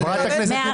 חברת הכנסת תומא